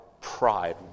pride